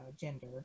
gender